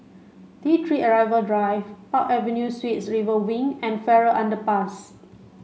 T three Arrival Drive Park Avenue Suites River Wing and Farrer Underpass